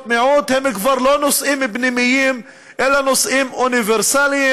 מיעוט הם כבר לא נושאים פנימיים אלא נושאים אוניברסליים.